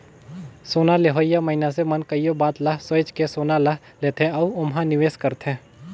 सोना लेहोइया मइनसे मन कइयो बात ल सोंएच के सोना ल लेथे अउ ओम्हां निवेस करथे